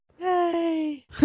Yay